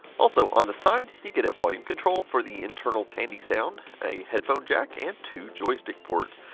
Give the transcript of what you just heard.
also on the side, you get a volume control for the internal tandy sound, a head phone jack, and two joystick ports.